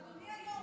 אדוני היו"ר,